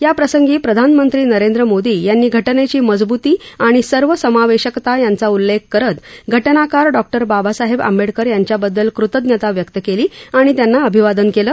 या प्रसंगी प्रधानमंत्री नरेंद्र मोदी यांनी घटनेची मजबूती आणि सर्वसमावेशकता याचा उल्लेख करत घटनाकर डॉ बाबासाहेब आंबेडकर यांच्याबद्दल कृतज्ञता व्यक्त केली आणि त्यांना अभिवादन केलं